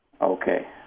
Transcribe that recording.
okay